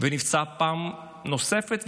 ונפצע פעם נוספת.